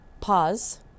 pause